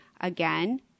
Again